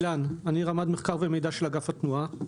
אני רמ"ד מחקר ומידע של אגף התנועה.